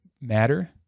matter